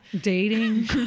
Dating